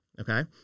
Okay